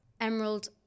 Emerald